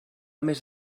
més